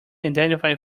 identify